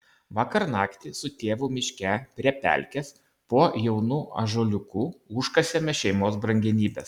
vakar naktį su tėvu miške prie pelkės po jaunu ąžuoliuku užkasėme šeimos brangenybes